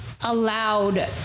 allowed